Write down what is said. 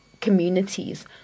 communities